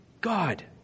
God